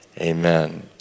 amen